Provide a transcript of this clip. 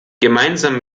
gemeinsam